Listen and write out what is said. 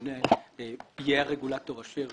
הממונה יהיה הרגולטור אשר